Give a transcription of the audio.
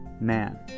man